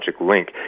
link